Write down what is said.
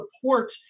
support